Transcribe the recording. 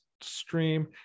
stream